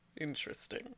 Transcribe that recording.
interesting